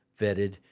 vetted